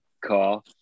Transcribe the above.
car